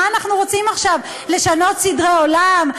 מה אנחנו רוצים עכשיו, לשנות סדרי עולם?